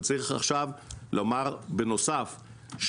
בנוסף,